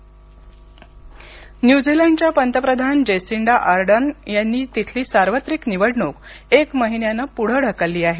New Zealand निवडणूक न्यूझीलंडच्या पंतप्रधान जेसिंडा आर्डन यांनी तिथली सार्वत्रिक निवडणूक एक महिन्यानं पुढं ढकलली आहे